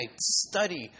study